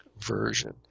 version